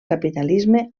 capitalisme